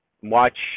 Watch